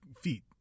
feet